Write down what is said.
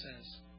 says